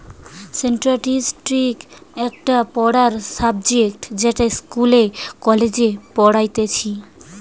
statistics একটা পড়ার subject যেটা ইস্কুলে, কলেজে পড়াইতিছে